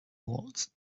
walls